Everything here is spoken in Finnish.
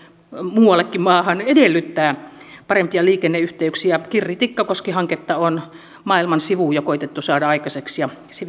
muuallekin maahan edellyttää parempia liikenneyhteyksiä ja kirri tikkakoski hanketta on maailman sivu jo koetettu saada aikaiseksi ja vieläkään se